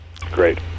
Great